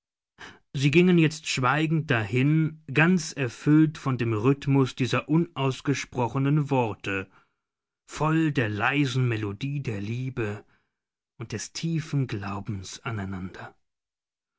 sie gingen jetzt schweigend dahin ganz erfüllt von dem rhythmus dieser unausgesprochenen worte voll der leisen melodie der liebe und des tiefen glaubens aneinander